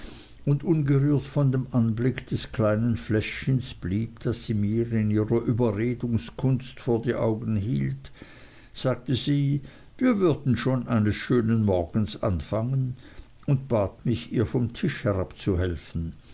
und ungerührt von dem anblick des kleinen fläschchens blieb das sie mir in ihrer überredungskunst vor die augen hielt sagte sie wir würden schon eines schönen morgens anfangen und bat mich ihr vom tische herabzuhelfen